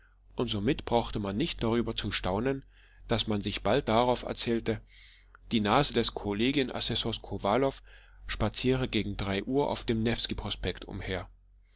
und somit brauchte man nicht darüber zu staunen daß man sich bald darauf erzählte die nase des kollegien assessors kowalow spaziere gegen drei uhr auf dem newski prospekt umher